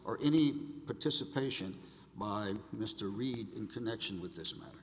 or any participation by mr reed in connection with this ma